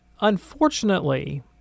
unfortunately